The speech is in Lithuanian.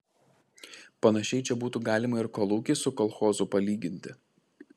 panašiai čia būtų galima ir kolūkį su kolchozu palyginti